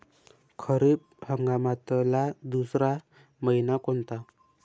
खरीप हंगामातला दुसरा मइना कोनता?